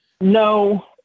no